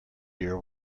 your